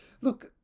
look